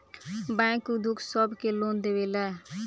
bank उद्योग सब के लोन देवेला